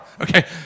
Okay